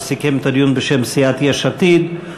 שסיכם את הדיון בשם סיעת יש עתיד,